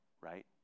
Right